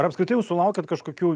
ar apskritai jau sulaukėt kažkokių